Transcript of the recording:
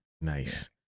nice